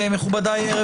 מכובדיי,